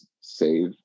save